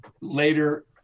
later